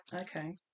Okay